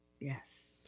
Yes